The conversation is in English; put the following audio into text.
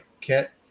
kit